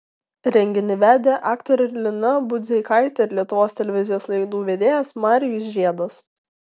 renginį vedė aktorė lina budzeikaitė ir lietuvos televizijos laidų vedėjas marijus žiedas